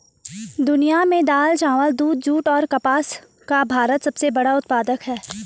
दुनिया में दाल, चावल, दूध, जूट और कपास का भारत सबसे बड़ा उत्पादक है